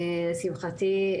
לשמחתי,